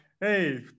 Hey